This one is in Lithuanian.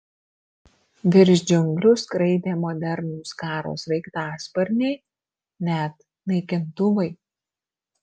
virš džiunglių skraidė modernūs karo sraigtasparniai net naikintuvai